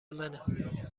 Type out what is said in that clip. منه